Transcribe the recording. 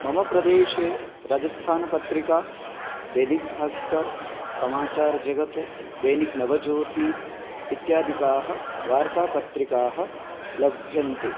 मम प्रदेशे राजस्थानपत्रिका दैनिकभास्करः समाचारजगत् दैनिकनवज्योतिः इत्यादिकाः वार्तापत्रिकाः लभ्यन्ते